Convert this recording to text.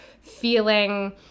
feeling